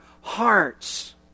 hearts